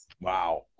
Wow